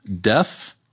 death